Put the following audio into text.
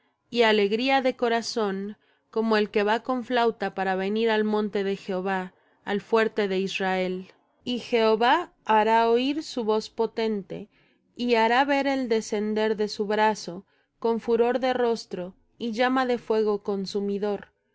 y alegría de corazón como el que va con flauta para venir al monte de jehová al fuerte de israel y jehová hará oir su voz potente y hará ver el descender de su brazo con furor de rostro y llama de fuego consumidor con